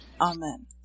Amen